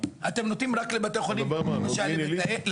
אתם נותנים רק לבתי חולים כמו למשל לעמק,